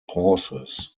pauses